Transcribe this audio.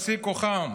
בשיא כוחם.